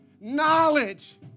knowledge